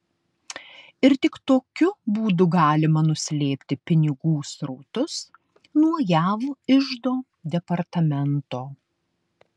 ir tik tokiu būdu galima nuslėpti pinigų srautus nuo jav iždo departamento